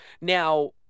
Now